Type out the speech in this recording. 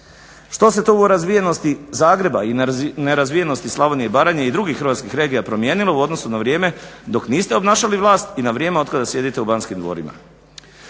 Što se to u razvijenosti Zagreba i nerazvijenosti Slavoniju i Baranje i drugih hrvatskih regija promijenilo u odnosu na vrijeme dok niste obnašali vlast i na vrijeme od kada sjedite u Banskim dvorima?